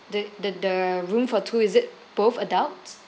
the the the room for two is it both adults